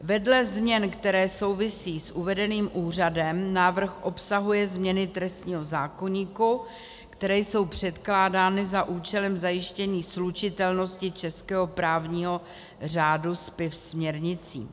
Vedle změn, které souvisí s uvedeným úřadem, návrh obsahuje změny trestního zákoníku, které jsou předkládány za účelem zajištění slučitelnosti českého právního řádu se směrnicí.